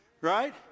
Right